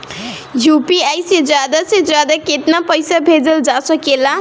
UPI से ज्यादा से ज्यादा केतना पईसा भेजल जा सकेला?